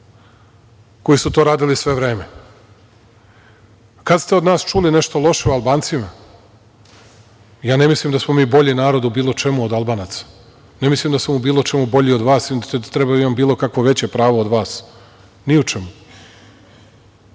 koji su to radili sve vreme. Kada ste od nas čuli nešto loše o Albancima? Ja ne mislim da smo mi bolji narod u bilo čemu od Albanaca, ne mislim da sam u bilo čemu bolji od vas, i da treba da imam veća prava od vas, ni u čemu. Samo